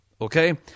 Okay